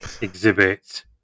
Exhibit